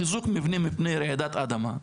חיזוק מבנים מפני רעידת אדמה.